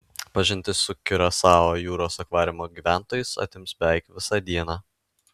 pažintis su kiurasao jūros akvariumo gyventojais atims beveik visą dieną